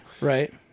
Right